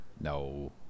no